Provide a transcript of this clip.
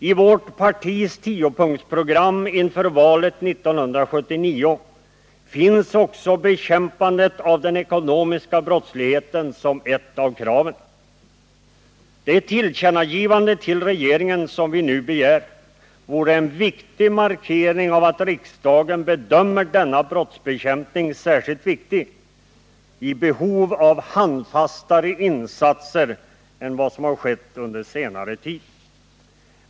I vårt partis tiopunktsprogram inför valet 1979 finns också bekämpandet av den ekonomiska brottsligheten som ett av kraven. Det tillkännagivande till regeringen som vi nu begär vore en viktig markering av att riksdagen bedömer denna brottsbekämpning som särskilt viktig liksom att man bedömer att det föreligger ett behov av handfastare insatser än vad som varit fallet under senare tid.